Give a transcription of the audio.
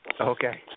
Okay